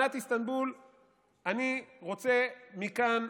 אני רוצה מכאן,